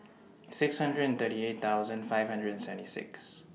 six hundred and thirty eight thousand five hundred and seventy six